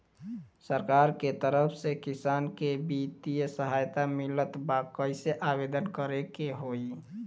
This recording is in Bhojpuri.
सरकार के तरफ से किसान के बितिय सहायता मिलत बा कइसे आवेदन करे के होई?